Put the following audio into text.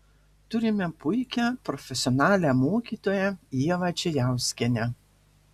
turime puikią profesionalią mokytoją ievą čejauskienę